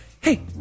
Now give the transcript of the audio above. hey